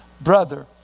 brother